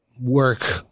work